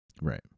Right